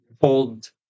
old